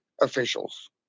officials